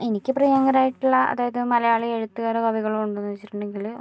എനിക്ക് പ്രിയങ്കരായിട്ടുള്ള അതായത് മലയാളി എഴുത്തുകാരോ കവികളോ ഉണ്ടോയെന്ന് ചോദിച്ചിട്ടെണ്ടങ്കില്